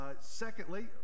secondly